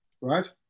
right